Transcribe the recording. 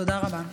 תודה רבה.